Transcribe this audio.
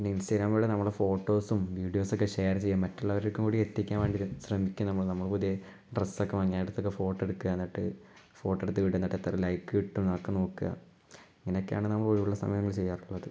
പിന്നെ ഇൻസ്റ്റാഗ്രാംലൂടെ നമ്മുടെ ഫോട്ടോസ്സും വിഡിയോസ്സൊക്കെ ഷെയറ് ചെയ്യുക മറ്റുള്ളവർക്ക് കൂടി എത്തിക്കാൻ വേണ്ടി ശ്രമിക്കുക നമ്മൾ നമ്മൾ പുതിയ ഡ്രെസ്സക്കെ വാങ്ങി അവിടത്തേക്ക് ഫോട്ടോ എടുക്കുക എന്നിട്ട് ഫോട്ടോ എടുത്ത് ഇവിടെന്നിട്ടെത്തറ ലൈക്ക് കിട്ടും അതക്കെ നോക്ക ഇങ്ങനക്കെയാണ് നമ്മൾ ഒഴിവുള്ള സമയങ്ങൾ ചെയ്യാറുള്ളത്